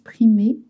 exprimer